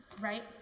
Right